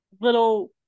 little